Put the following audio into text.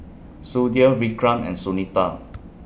Sudhir Vikram and Sunita